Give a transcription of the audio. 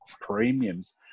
premiums